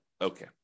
okay